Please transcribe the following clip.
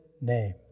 name